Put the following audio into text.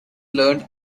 learned